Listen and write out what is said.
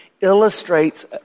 illustrates